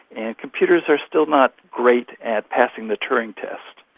and computers are still not great at passing the turing test.